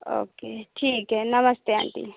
okay ठीक है नमस्ते आंटी